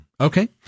Okay